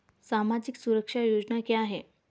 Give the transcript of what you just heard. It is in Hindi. सामाजिक सुरक्षा योजना क्या है?